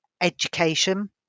education